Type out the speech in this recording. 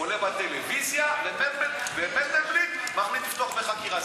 בעצם עולה בטלוויזיה ומנדלבליט מחליט לפתוח בחקירה.